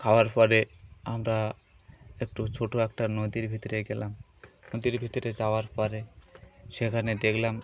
খাওয়ার পরে আমরা একটু ছোটো একটা নদীর ভিতরে গেলাম নদীর ভিতরে যাওয়ার পরে সেখানে দেখলাম